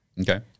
Okay